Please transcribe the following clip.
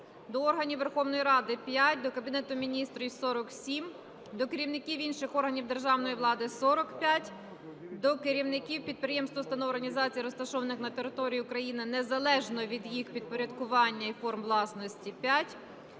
до органів Верховної Ради – 5, до Кабінету Міністрів – 47, до керівників інших органів державної влади – 45, до керівників підприємств, установ, організацій, розташованих на території України, незалежно від їх підпорядкування і форм власності – 5,